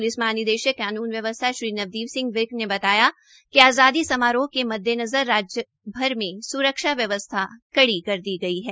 police महानिदेशक कानून व्यवसथा श्री नवदीप सिंह विर्क बताया कि आज़ादी समारोह के मद्देनज़र राज्यभर में स्रक्षा व्यवस्था कड़ी कर दी गई है